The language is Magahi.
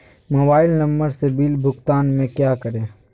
मोबाइल नंबर से बिल भुगतान में क्या करें?